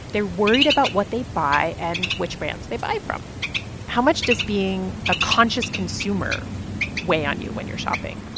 they're worried about what they buy and which brands they buy from how much does being a conscious consumer weigh on you when you're shopping?